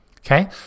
Okay